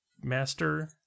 master